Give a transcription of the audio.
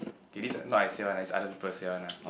okay this is not I say one ah it's other people say one ah